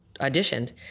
auditioned